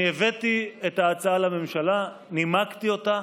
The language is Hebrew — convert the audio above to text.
אני הבאתי את ההצעה לממשלה, נימקתי אותה,